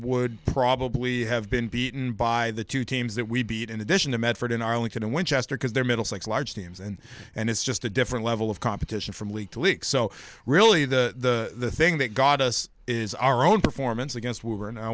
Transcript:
would probably have been beaten by the two teams that we beat in addition to medford in arlington and winchester because they're middlesex large teams and and it's just a different level of competition from league to leak so really the thing that got us is our own performance against were and i